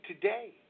today